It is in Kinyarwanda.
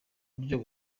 buryo